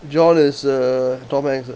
john is uh tom hanks ah